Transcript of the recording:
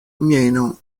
mieno